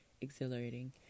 Exhilarating